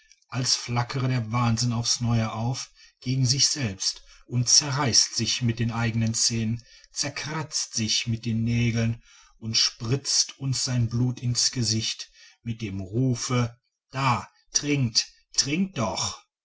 als flackere der wahnsinn auf's neue auf gegen sich selbst und zerreißt sich mit den eigenen zähnen zerkratzt sich mit den nägeln und spritzt uns sein blut in's gesicht mit dem rufe da trinkt trinkt doch